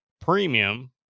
premium